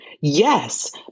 Yes